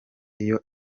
iyo